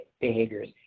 behaviors